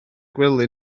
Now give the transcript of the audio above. gwely